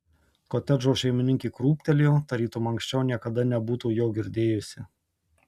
kotedžo šeimininkė krūptelėjo tarytum anksčiau niekada nebūtų jo girdėjusi